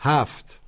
Haft